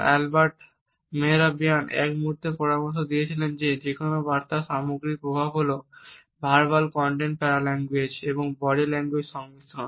Albert Mehrabian এক মুহুর্তে পরামর্শ দিয়েছিলেন যে কোনও বার্তার সামগ্রিক প্রভাব হল ভার্বাল কন্টেন্ট প্যারাল্যাঙ্গুয়েজ এবং বডি ল্যাঙ্গুয়েজ সংমিশ্রণ